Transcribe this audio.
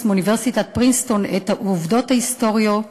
מאוניברסיטת פרינסטון את העובדות ההיסטוריות,